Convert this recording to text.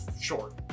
short